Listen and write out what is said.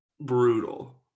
brutal